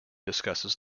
discusses